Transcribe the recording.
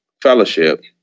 fellowship